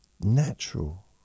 natural